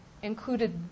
included